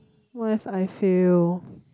what if I failf